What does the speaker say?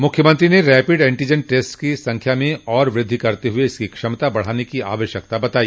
मुख्यमंत्री ने rapid antigen test की संख्या में और वृद्धि करते हुए इसकी क्षमता बढ़ाने की आवश्यकता बताई